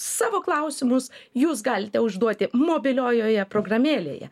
savo klausimus jūs galite užduoti mobiliojoje programėlėje